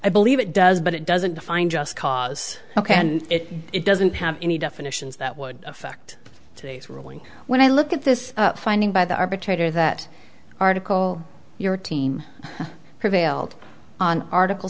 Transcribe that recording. i believe it does but it doesn't define just cause ok and if it doesn't have any definitions that would affect today's ruling when i look at this finding by the arbitrator that article your team prevailed on article